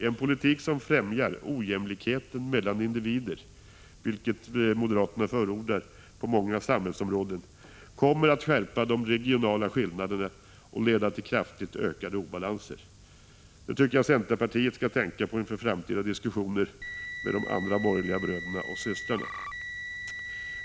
En politik som främjar ojämlikheten mellan individer — vilket moderaterna förordar på många samhällsområden — kommer att skärpa de regionala skillnaderna och leda till kraftigt ökade obalanser. Det tycker jag att ni i centerpartiet skall tänka på inför framtida diskussioner med de andra borgerliga bröderna och systrarna.